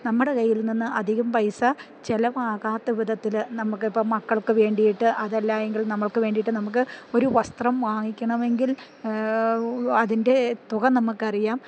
നമ്മുടെ കയ്യിൽ നിന്ന് അധികം പൈസ ചെലവാകാത്ത വിധത്തില് നമുക്കിപ്പം മക്കൾക്ക് വേണ്ടിയിട്ട് അതല്ലായെങ്കിൽ നമ്മൾക്ക് വേണ്ടിയിട്ട് നമുക്ക് ഒരു വസ്ത്രം വാങ്ങിക്കണമെങ്കിൽ അതിൻ്റെ തുക നമുക്കറിയാം